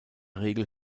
regel